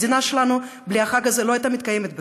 המדינה שלנו, בלי החג הזה לא הייתה מתקיימת בכלל,